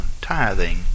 Tithing